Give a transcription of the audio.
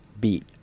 beat